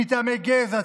מטעמי גזע,